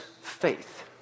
faith